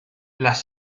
las